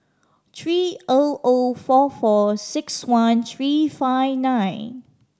three O O four four six one three five nine